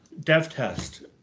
DevTest